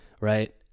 right